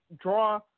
draw